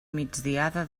migdiada